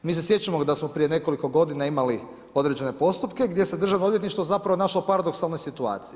Mi se sjećamo da smo prije nekoliko godina imali određene postupke gdje se državno odvjetništvo zapravo našlo u paradoksalnoj situaciji.